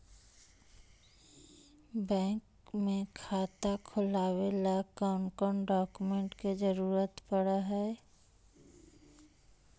Bank में खाता खोले ल कौन कौन डाउकमेंट के जरूरत पड़ है?